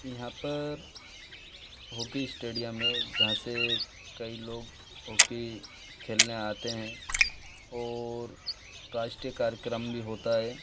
यहाँ पर hockey stadium है जहाँ से कई लोग होकी खेलने आते हैं ओर राष्ट्रीय कार्यक्रम भी होता है